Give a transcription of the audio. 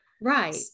right